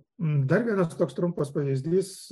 dar vienas toks trumpas pavyzdys